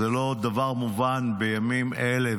זה לא דבר מובן בימים אלה,